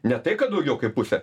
ne tai kad daugiau kaip pusę